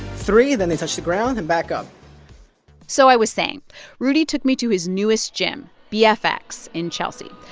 three then they touch the ground, then back up so i was saying rudy took me to his newest gym, bfx in chelsea.